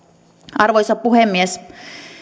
arvoisa puhemies